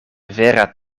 vera